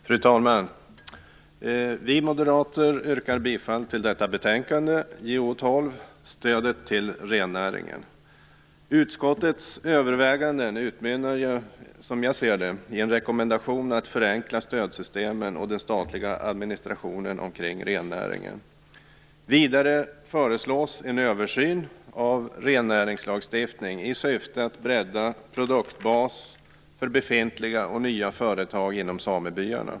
Fru talman! Vi moderater yrkar bifall till hemställan i detta betänkande JoU:12 Stödet till rennäringen. Utskottets överväganden utmynnar, som jag ser det, i en rekommendation att förenkla stödsystemen och den statliga administrationen kring rennäringen. Vidare föreslås en översyn av rennäringslagstiftningen i syfte att bredda produktbasen för befintliga och nya företag inom samebyarna.